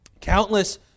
Countless